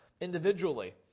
individually